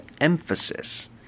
emphasis